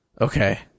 Okay